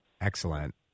Excellent